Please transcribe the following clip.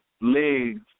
legs